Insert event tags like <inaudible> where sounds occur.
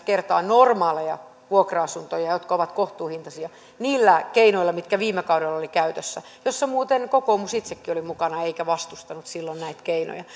<unintelligible> kertaa normaaleja vuokra asuntoja jotka ovat kohtuuhintaisia niillä keinoilla mitkä viime kaudella oli käytössä muuten kokoomus itsekin oli mukana eikä vastustanut silloin näitä keinoja <unintelligible>